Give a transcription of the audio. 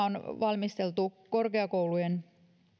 on valmisteltu korkeakoulujen